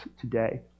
today